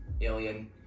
Alien